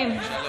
סדרנים.